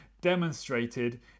demonstrated